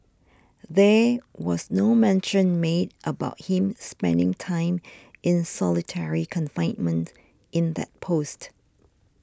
there was no mention made about him spending time in solitary confinement in that post